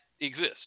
exist